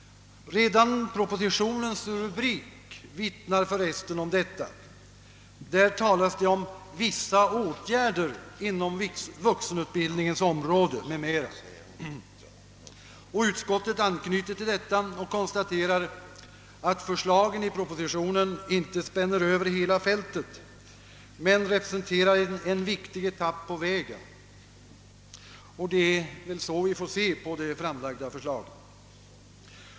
Redan propositionens rubrik vittnar om detta; i den talas det om vissa åtgärder inom vuxenutbildningens område m.m. Utskottet anknyter till detta och konstaterar att förslagen i propositionen inte spänner över hela fältet men representerar en viktig etapp på vägen. Det är väl så vi får se på det framlagda förslaget.